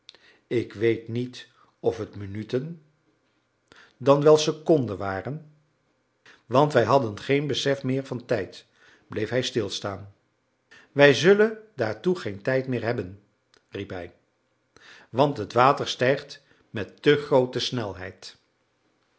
hadden ik weet niet of het minuten dan wel seconden waren want wij hadden geen besef meer van tijd bleef hij stilstaan wij zullen daartoe geen tijd meer hebben riep hij want het water stijgt met te groote snelheid